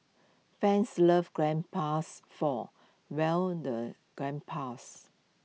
fans love grandpas for well the grandpas